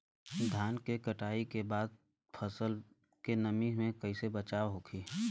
धान के कटाई के बाद फसल के नमी से कइसे बचाव होखि?